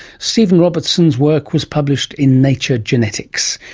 stephen robertson's work was published in nature genetics.